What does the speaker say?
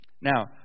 Now